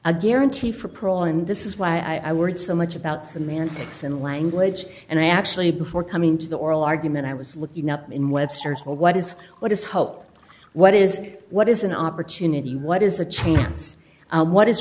a guarantee for parole and this is why i worried so much about semantics and language and i actually before coming to the oral argument i was looking up in webster's what is what is hope what is what is an opportunity what is the chance what is